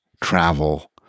travel